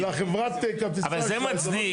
אבל זה מצדיק,